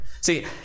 see